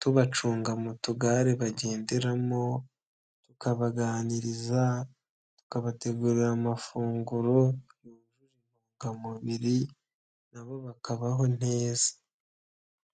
tubacunga mu tugare bagenderamo, tukabaganiriza, tukabategurira amafunguro y'intungamubiri nabo bakabaho neza.